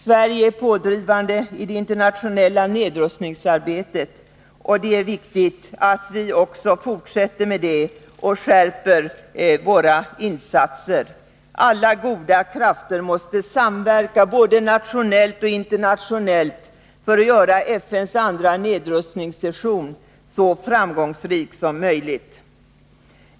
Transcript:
Sverige är pådrivande i det internationella nedrustningsarbetet, och det är viktigt att vi fortsätter med det och också skärper våra insatser. Alla goda krafter måste samverka både nationellt och internationellt för att göra FN:s andra nedrustningssession så framgångsrik som möjligt.